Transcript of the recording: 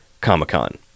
comic-con